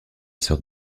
sœur